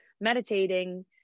meditating